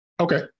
Okay